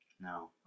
No